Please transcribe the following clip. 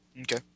Okay